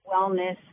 wellness